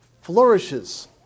flourishes